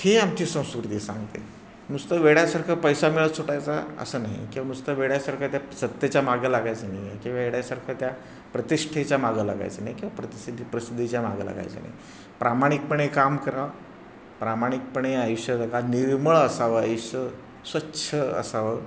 ही आमची संस्कृती सांगते नुसतं वेड्यासारखं पैसा मिळत सुटायचा असं नाही किंवा नुसतं वेड्यासारखं त्या सत्तेच्या मागं लागायचं नाही आहे किंवा वेड्यासारखं त्या प्रतिष्ठेच्या मागं लागायचं नाही किंवा प्रतिसिधी प्रसिद्धीच्या मागं लागायचं नाही प्रामाणिकपणे काम करावं प्रामाणिकपणे आयुष्य घा निर्मळ असावं आयुष्य स्वच्छ असावं